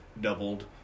doubled